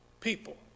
people